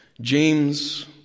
James